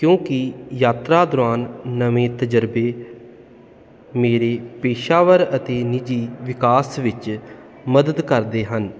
ਕਿਉਂਕਿ ਯਾਤਰਾ ਦੌਰਾਨ ਨਵੇਂ ਤਜਰਬੇ ਮੇਰੇ ਪੇਸ਼ਾਵਰ ਅਤੇ ਨਿੱਜੀ ਵਿਕਾਸ ਵਿੱਚ ਮਦਦ ਕਰਦੇ ਹਨ